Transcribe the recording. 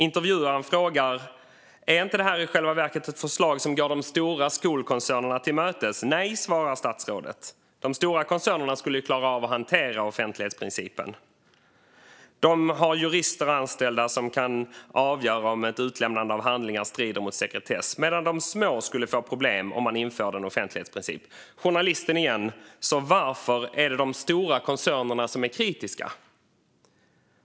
Intervjuaren frågar: "Är inte det här i själva verket ett förslag som går de stora skolkoncernerna till mötes?" "Nej", svarar statsrådet, "de stora koncernerna skulle ju klara att hantera offentlighetsprincipen. De har jurister anställda som kan avgöra om ett utlämnande av handlingar strider mot sekretess. Medan de små skulle få problem om man införde en offentlighetsprincip". Journalisten igen: "Så varför är det de stora koncernerna som är kritiska?"